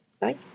Bye